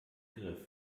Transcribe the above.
begriff